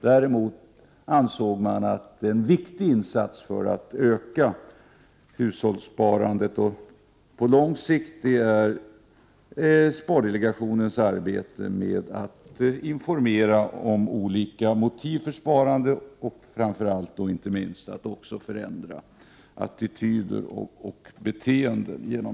Däremot ansåg man att en viktig insats för att öka hushållssparandet på lång sikt var just spardelegationens arbete med att informera om olika motiv för sparandet och inte minst att man därigenom också förändrar attityder och beteenden.